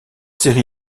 série